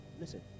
Listen